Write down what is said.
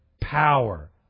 power